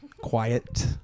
quiet